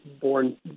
born